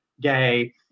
gay